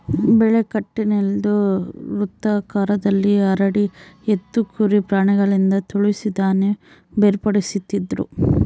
ಬೆಳೆ ಗಟ್ಟಿನೆಲುದ್ ವೃತ್ತಾಕಾರದಲ್ಲಿ ಹರಡಿ ಎತ್ತು ಕುರಿ ಪ್ರಾಣಿಗಳಿಂದ ತುಳಿಸಿ ಧಾನ್ಯ ಬೇರ್ಪಡಿಸ್ತಿದ್ರು